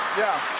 yeah.